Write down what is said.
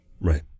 Right